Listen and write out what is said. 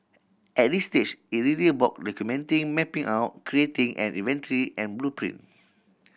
at this stage it is easy about documenting mapping out creating an inventory and blueprint